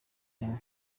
nini